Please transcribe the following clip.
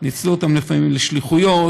ניצלו אותם לפעמים לשליחויות,